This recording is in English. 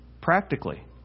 practically